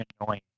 annoying